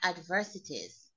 Adversities